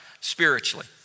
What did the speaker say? spiritually